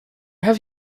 have